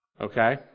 Okay